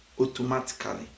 automatically